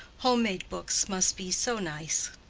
home-made books must be so nice.